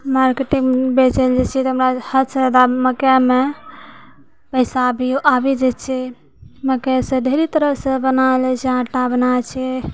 मार्केटमे बेचै लेल जाइ छै तऽ हमरा हदसँ जादा मक्कइमे पैसा भी आबि जाइ छै मक्कइसँ ढ़ेरि तरहसँ बना लै छै आँटा बनाइ छै